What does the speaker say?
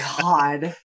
God